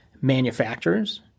manufacturers